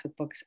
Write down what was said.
cookbooks